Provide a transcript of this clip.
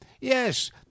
yes